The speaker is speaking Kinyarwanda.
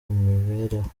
imibereho